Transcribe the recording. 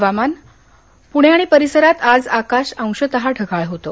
हवामान पुणे आणि परिसरात आज आकाश अंशतः ढगाळ होतं